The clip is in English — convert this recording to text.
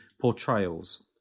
portrayals